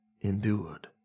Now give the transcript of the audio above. endured